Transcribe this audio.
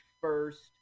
first